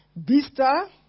Bista